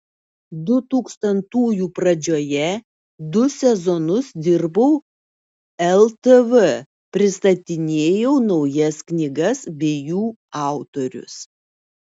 dutūkstantųjų pradžioje du sezonus dirbau ltv pristatinėjau naujas knygas bei jų autorius